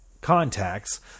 contacts